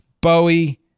bowie